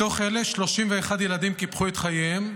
מתוך אלה 31 ילדים קיפחו את חייהם,